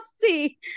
see